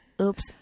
oops